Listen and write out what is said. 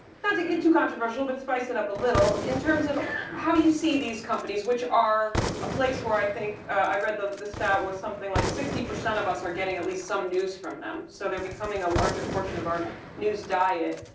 not to get to controversial but spice it up a little. in terms of how you see these companies which are a place where i think i read the the stat was like sixty percent of us are getting at least some news from them. so they're becoming a larger portion of our news diet.